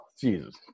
Jesus